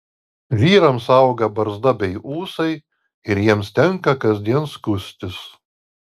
vyrams auga barzda bei ūsai ir jiems tenka kasdien skustis